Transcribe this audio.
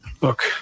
look